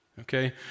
Okay